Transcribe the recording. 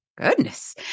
goodness